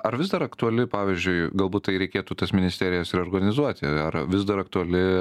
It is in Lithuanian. ar vis dar aktuali pavyzdžiui galbūt tai reikėtų tas ministerijas reorganizuoti ar vis dar aktuali